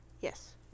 yes